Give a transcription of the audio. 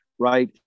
Right